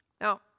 Now